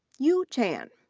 yuo chan,